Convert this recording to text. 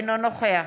אינו נוכח